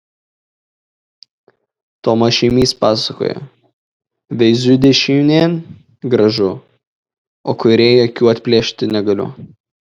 tomas šėmys pasakoja veiziu dešinėn gražu o kairėj akių atplėšti negaliu